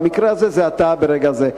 במקרה הזה זה אתה ברגע זה.